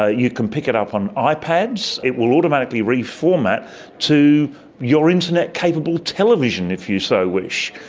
ah you can pick it up on ah ipads, it will automatically reformat to your internet-capable television if you so wish.